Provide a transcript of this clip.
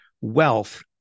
wealth